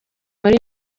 muri